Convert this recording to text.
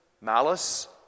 malice